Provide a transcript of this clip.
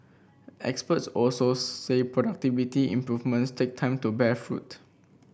experts also say productivity improvements take time to bear fruit